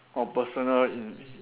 or personal in~